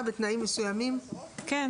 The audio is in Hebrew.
כן,